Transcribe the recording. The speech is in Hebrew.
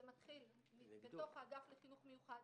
זה מתחיל בתוך האגף לחינוך מיוחד,